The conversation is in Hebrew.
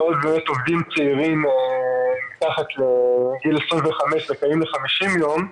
בעוד מאות עובדים צעירים מתחת לגיל 25 זכאים ל-50 יום,